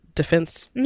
defense